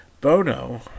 Bono